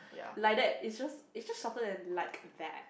like that is just is just shorter than like that